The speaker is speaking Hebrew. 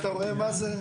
אתה רואה מה זה?